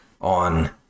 on